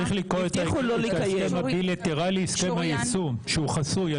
צריך לקרוא את ההסכם הבילטרלי הסכם היישום שהוא חסוי,